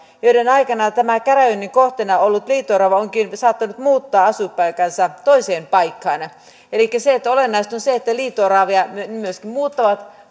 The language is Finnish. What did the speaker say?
joiden aikana tämä käräjöinnin kohteena ollut liito orava onkin saattanut muuttaa asuinpaikkansa toiseen paikkaan elikkä olennaista on se että liito oravat myöskin muuttavat